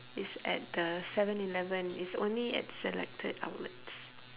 is at the 7-Eleven it's only at selected outlets